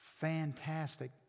fantastic